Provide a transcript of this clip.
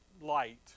light